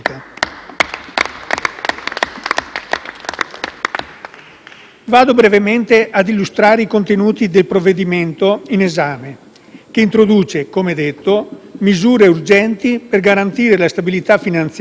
Vado brevemente a illustrare i contenuti del provvedimento in esame, che introduce, come detto, misure urgenti per garantire la stabilità finanziaria e l'integrità dei mercati